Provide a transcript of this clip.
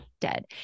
dead